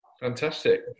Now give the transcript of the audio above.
Fantastic